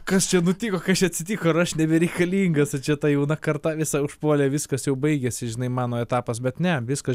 kas čia nutiko kas čia atsitiko ar aš nebereikalingas ar čia ta jauna karta visa užpuolė viskas jau baigiasi žinai mano etapas bet ne viskas